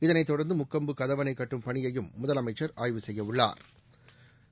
இதனைத் தொடர்ந்து முக்கொம்பு கதவனை கட்டும் பணியையும் முதலமைச்சர் ஆய்வு செய்ய உள்ளா்